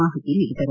ಮಾಹಿತ ನೀಡಿದರು